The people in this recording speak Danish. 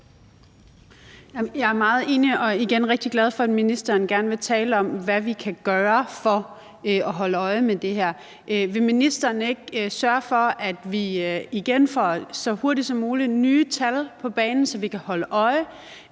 jeg er igen rigtig glad for, at ministeren gerne vil tale om, hvad vi kan gøre for at holde øje med det her. Vil ministeren ikke sørge for, at vi så hurtigt som muligt får nye tal på banen, så vi kan holde øje